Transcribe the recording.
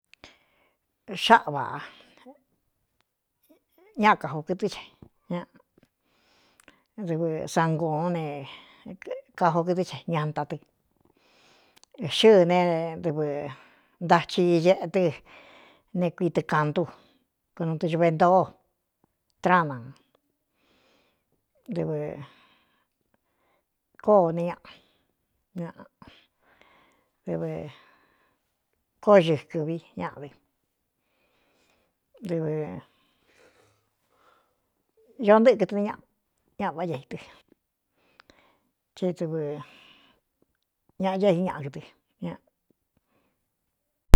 Xáꞌa vā ña kajo kɨtɨ́ e ñ dɨvɨ sangūón ne kajo kɨtɨ́ ce ñantá tɨ xɨne dɨvɨ ntachi eꞌdɨ ne kuitɨkāntu konu tɨ cuve ntōó traána tɨvɨ kó ne ñꞌa ñaꞌdvɨ kóo xɨkɨvi ñaꞌa dɨ v o ntɨɨkɨɨ nñ ñaꞌa vá a itɨ te dɨvɨ ñaꞌa yái ñaꞌakdɨ ña.